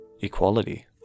equality